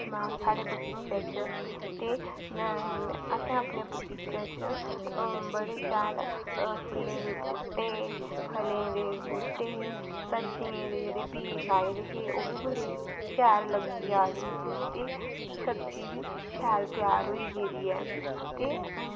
महां साढ़े बगिचे बिच में आसे अपने बगीचे बिच बडे़ शैल फले दे बूह्टे हे फलें दे बूह्टे हे सब्जियें दे जेह्डे़ बीऽ लाए दे हे ओह् बी बडे़ शैल लग्गी जा दे हे ते सब्जी बी शैल त्यार होई गेदी ऐ ते